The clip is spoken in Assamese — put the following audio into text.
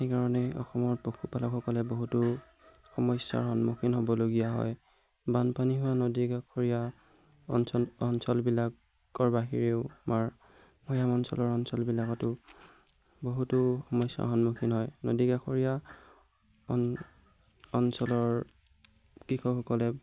সেইকাৰণে অসমত পশুপালকসকলে বহুতো সমস্যাৰ সন্মুখীন হ'বলগীয়া হয় বানপানী হোৱা নদীৰ কাষৰীয়া অঞ্চল অঞ্চলবিলাকৰ বাহিৰেও আমাৰ ভৈয়াম অঞ্চলৰ অঞ্চলবিলাকতো বহুতো সমস্যাৰ সন্মুখীন হয় নদীকাষৰীয়া অঞ্চলৰ কৃষকসকলে